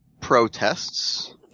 protests